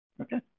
Okay